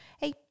hey